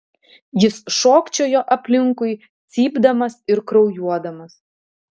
jis šokčiojo aplinkui cypdamas ir kraujuodamas